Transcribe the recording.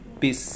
peace